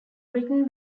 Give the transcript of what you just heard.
written